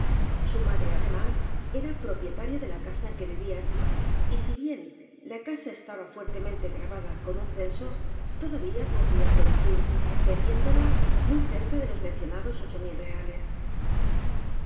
su madre además era propietaria de la casa en que vivían y si bien la casa estaba fuertemente grava da con un censo todavía podría producir ven diéndola muy cerca de los mencionados ocho mil reales